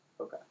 Okay